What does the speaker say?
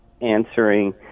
answering